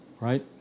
right